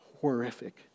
Horrific